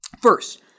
First